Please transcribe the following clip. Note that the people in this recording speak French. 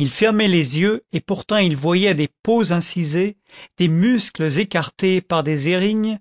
il fermait les yeux et pourtant il voyait des peaux incisées des muscles écartés par des érignes